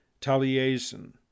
Taliesin